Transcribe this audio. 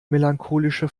melancholische